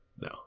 No